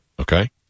Okay